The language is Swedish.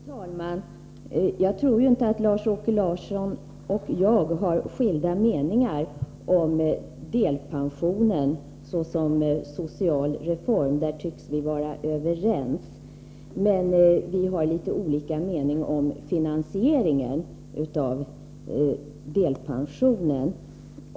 Fru talman! Jag tror inte att Lars-Åke Larsson och jag har skilda meningar om delpensionen såsom social reform. Där tycks vi vara överens. Men vi har litet olika åsikter om finansieringen av delpensionen.